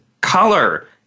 color